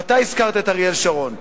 ואתה הזכרת את אריאל שרון,